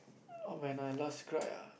oh when I last cry ah